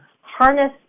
harness